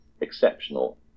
exceptional